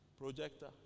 Projector